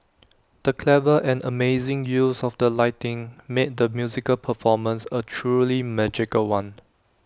the clever and amazing use of the lighting made the musical performance A truly magical one